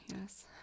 yes